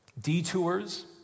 detours